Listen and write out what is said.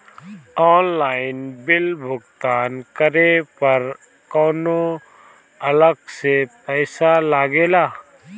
Online bill भुगतान करे पर कौनो अलग से पईसा लगेला?